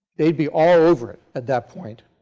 they would be all over it at that point.